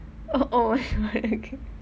oh oh